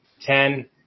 Ten